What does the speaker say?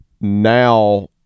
now